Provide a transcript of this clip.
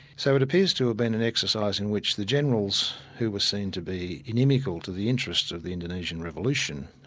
so it appears to have been an exercise in which the generals, who were seen to be inimical to the interests of the indonesian revolution,